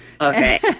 Okay